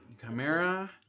Chimera